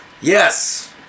Yes